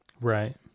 Right